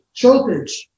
shortage